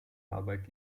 arbeit